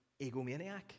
egomaniac